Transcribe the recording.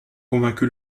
convaincu